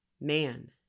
man